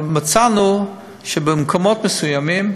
אבל מצאנו שבמקומות מסוימים,